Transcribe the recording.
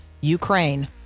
Ukraine